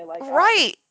right